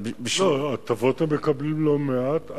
לא, הטבות הם מקבלים לא מעט.